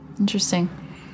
Interesting